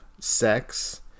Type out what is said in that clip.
Sex